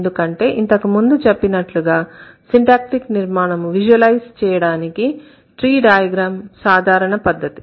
ఎందుకంటే ఇంతకు ముందు చెప్పినట్టుగా సిన్టాక్టీక్ నిర్మాణము విజువలైజ్ చేయడానికి ట్రీ డయాగ్రమ్ సాధారణ పద్ధతి